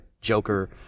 Joker